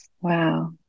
Wow